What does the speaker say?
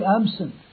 absent